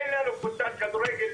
אין לנו קבוצת כדורגל.